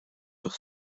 sur